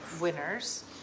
winners